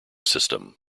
system